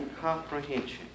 comprehension